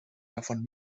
davon